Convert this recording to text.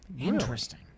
Interesting